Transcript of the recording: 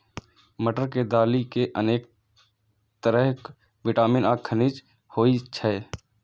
मटर के दालि मे अनेक तरहक विटामिन आ खनिज होइ छै